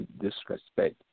disrespect